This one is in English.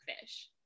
fish